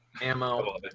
Ammo